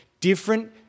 different